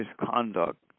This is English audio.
misconduct